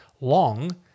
long